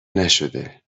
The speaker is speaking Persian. نشده